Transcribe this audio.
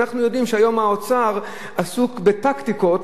אנחנו יודעים שהיום האוצר עסוק בטקטיקות: